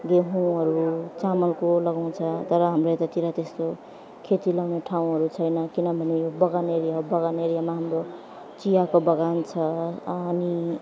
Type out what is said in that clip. गेहूँहरू चामलको लगाउँछ तर हाम्रो यतातिर त्यस्तो खेती लगाउने ठाउँहरू छैन किनभने यो बगान एरिया हो बगान एरियामा हाम्रो चियाको बगान छ अनि